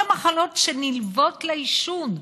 כל המחלות שנלוות לעישון.